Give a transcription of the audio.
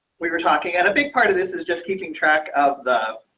we were talking at a big part of this is just keeping track of the